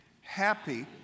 Happy